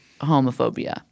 homophobia